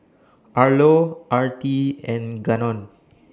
Arlo Artie and Gannon